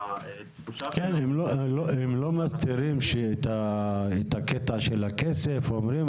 הם לא מסתירים את הקטע של הכסף ואומרים,